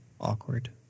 awkward